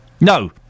No